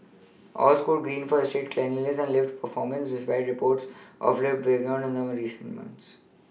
all scored green for estate cleanliness and lift performance despite reports of lift breakdowns in recent months